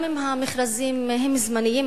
גם אם המכרזים הם זמניים,